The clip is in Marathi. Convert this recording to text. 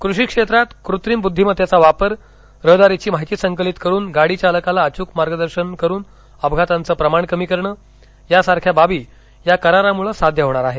कृषी क्षेत्रात कृत्रिम ब्रुद्धिमत्तेचा वापर रहदारीची माहिती संकलित करून गाडी चालकाला अचूक मार्गदर्शन करुन अपघातांचे प्रमाण कमी करण यासारख्या बाबी करारामुळे साध्य होणार आहे